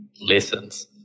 lessons